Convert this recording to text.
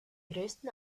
größten